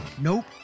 Nope